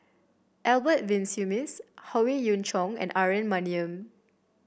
Albert Winsemius Howe Yoon Chong and Aaron Maniam